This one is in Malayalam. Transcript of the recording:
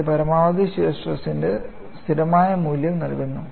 ഇത് പരമാവധി ഷിയർ സ്ട്രെസ് ന്റെ സ്ഥിരമായ മൂല്യം നൽകുന്നു